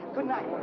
goodnight.